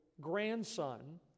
grandson